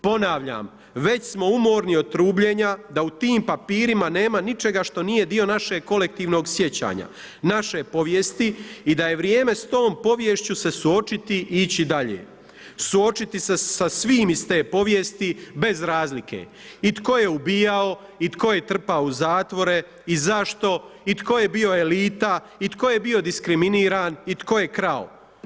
Ponavljam, već smo umorni od trubljenja da u tim papirima nema ničega što nije dio našeg kolektivnog sjećanja, naše povijesti i da je vrijeme s tom poviješću se suočiti i ići dalje. suočiti se sa svim iz te povijesti bez razlike i tko je ubijao, i tko je trpao u zatvore, i zašto, i tko je bio elita, i tko je bio diskriminiran i tko je krao.